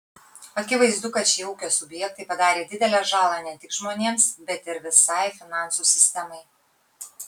akivaizdu kad šie ūkio subjektai padarė didelę žalą ne tik žmonėms bet ir visai finansų sistemai